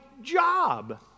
job